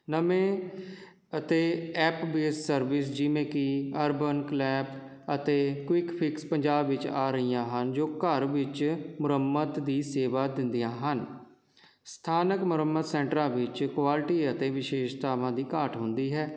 ਨਵੇਂ ਅਤੇ app base service ਜਿਵੇਂ ਕਿ ਅਰਬਨ ਕਲੈਪ ਅਤੇ ਕਉਇਕ ਫਿਕਸ ਪੰਜਾਬ ਵਿੱਚ ਆ ਰਹੀਆਂ ਹਨ ਜੋ ਘਰ ਵਿੱਚ ਮੁਰੰਮਤ ਦੀ ਸੇਵਾ ਦਿੰਦੀਆਂ ਹਨ ਸਥਾਨਕ ਮੁਰੰਮਤ ਸੈਂਟਰਾਂ ਵਿੱਚ ਕੁਆਲਿਟੀ ਅਤੇ ਵਿਸ਼ੇਸ਼ਤਾਵਾਂ ਦੀ ਘਾਟ ਹੁੰਦੀ ਹੈ